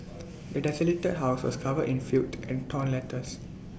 the desolated house was covered in filth and torn letters